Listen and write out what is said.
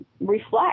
reflect